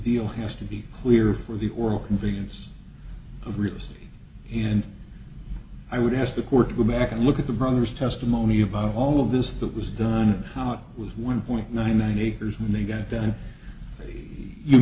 deal has to be clear for the oral convenience of real estate here and i would ask the court would back and look at the brother's testimony about all of this that was done how it was one point nine nine acres when they got down you